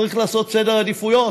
צריך לעשות סדר עדיפויות: